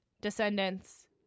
Descendants